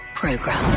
program